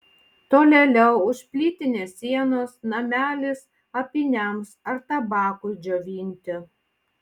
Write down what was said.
tolėliau už plytinės sienos namelis apyniams ar tabakui džiovinti